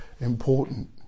important